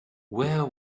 where